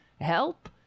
help